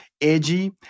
edgy